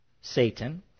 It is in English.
Satan